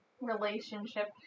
relationship